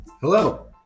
Hello